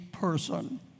Person